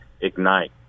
ignite